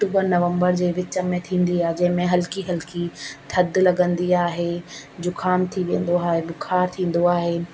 अक्टूबर नवंबर जे विच में थींदी आहे जंहिंमें हलकी हलकी थधि लॻंदी आहे ज़ुकामु थी वेंदो आहे बुख़ारु थींदो आहे